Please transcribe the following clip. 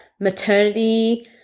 Maternity